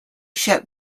ship